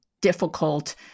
difficult